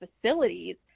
facilities